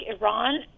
Iran